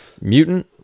Mutant